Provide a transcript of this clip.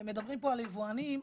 מדברים פה על יבואנים.